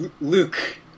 Luke